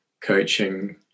coaching